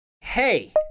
Hey